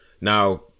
Now